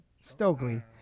Stokely